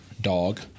Dog